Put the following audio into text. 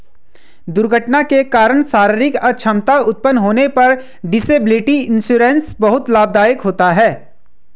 दुर्घटना के कारण शारीरिक अक्षमता उत्पन्न होने पर डिसेबिलिटी इंश्योरेंस बहुत लाभदायक होता है